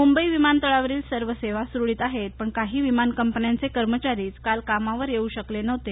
मुंबई विमानतळावरील सर्व सेवा सुरळित आहेत पण काही विमान कंपन्यांचे कर्मचारीच काल कामावर येऊ शकले नव्हते